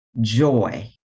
joy